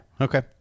Okay